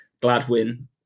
Gladwin